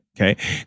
Okay